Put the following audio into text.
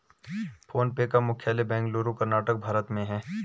phone पे का मुख्यालय बेंगलुरु, कर्नाटक, भारत में है